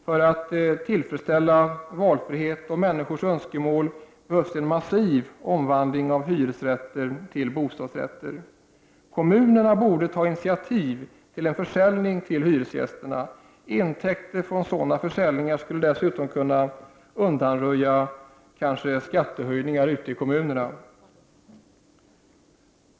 För att | tillfredsställa valfriheten och människors önskemål behövs en massiv om | vandling av hyresrätter till bostadsrätter. Kommunerna borde ta initiativ till | en försäljning till hyresgästerna. Intäkter från sådana försäljningar skulle dessutom kunna undanröja skattehöjningar i kommunerna.